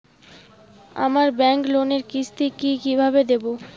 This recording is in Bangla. আমার ব্যাংক লোনের কিস্তি কি কিভাবে দেবো?